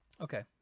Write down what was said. okay